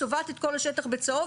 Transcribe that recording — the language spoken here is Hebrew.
צובעת את כל השטח בצהוב.